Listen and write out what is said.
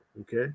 Okay